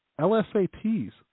LSAT's